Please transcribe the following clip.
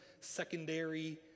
secondary